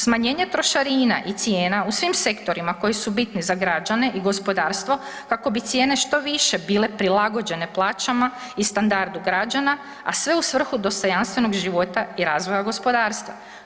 Smanjenje trošarina i cijena u svim sektorima koji su bitni za građane i gospodarstvo kako bi cijene što više bile prilagođene plaćama i standardu građana, a sve u svrhu dostojanstvenog života i razvoja gospodarstva.